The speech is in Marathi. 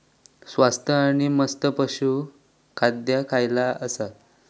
स्वस्त आणि मस्त पशू खाद्य खयला आसा?